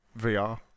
VR